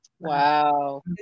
wow